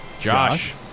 Josh